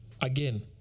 again